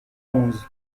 onze